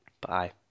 bye